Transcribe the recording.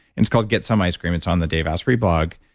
it's called get some ice cream. it's on the dave asprey blog.